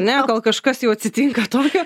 ne kol kažkas jau atsitinka tokio